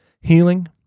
healing